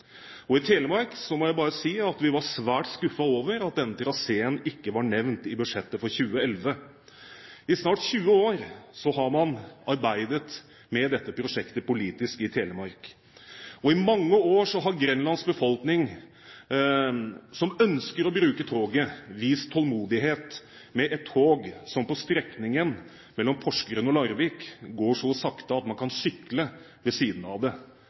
må bare si at i Telemark var vi svært skuffet over at denne traseen ikke ble nevnt i budsjettet for 2011. I snart 20 år har man arbeidet med dette prosjektet politisk i Telemark. Og i mange år har Grenlands befolkning, som ønsker å bruke toget, vist tålmodighet med et tog som på strekningen mellom Porsgrunn og Larvik går så sakte at man kan sykle ved siden av det